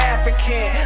African